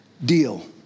deal